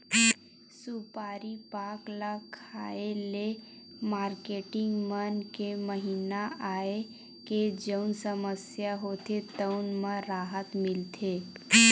सुपारी पाक ल खाए ले मारकेटिंग मन के महिना आए के जउन समस्या होथे तउन म राहत मिलथे